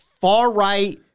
Far-right